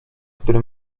który